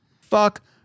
Fuck